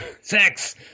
sex